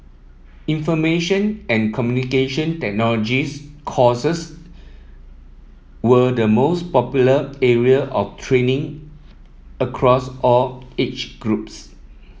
information and Communication Technology courses were the most popular area of training across all age groups